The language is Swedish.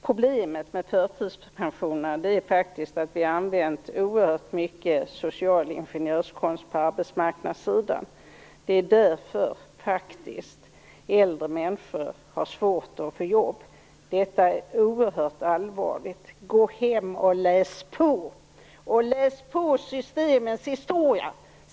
Problemet med förtidspensionerna är faktiskt att det på arbetsmarknadssidan används oerhört mycket social ingenjörskonst. Det är därför som äldre människor har svårt att få jobb. Detta är oerhört allvarligt. Gå hem och läs på systemens historia!